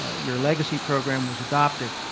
ah your legacy program was adopted.